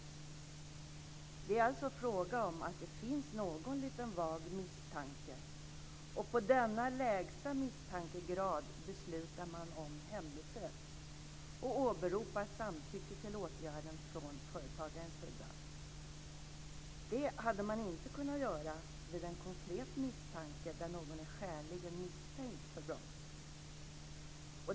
Det är alltså fråga om att det finns någon liten vag misstanke, och på basis av denna lägsta misstankegrad beslutar man om hembesök och åberopar samtycke till åtgärden från företagarens sida. Det hade man inte kunnat göra vid en konkret misstanke där någon är skäligen misstänkt för brott.